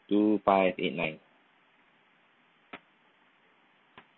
two five eight nine